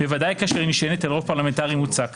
בוודאי כאשר היא נשענת על רוב פרלמנטרי מוצק,